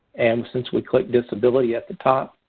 and since we clicked disability at the top,